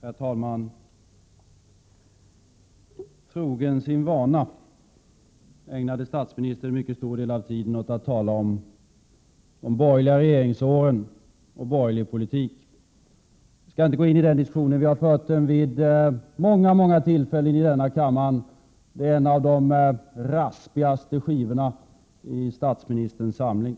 Herr talman! Sin vana trogen ägnade statsministern en mycket stor del av tiden åt att tala om de borgerliga regeringsåren och borgerlig politik. Jag skall inte gå in på den diskussionen. Den har vi fört vid många tillfällen i denna kammare — den är en av de raspigaste skivorna i statsministerns samling.